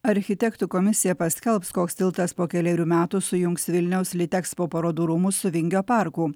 architektų komisija paskelbs koks tiltas po kelerių metų sujungs vilniaus litekspo parodų rūmus su vingio parku